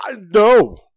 no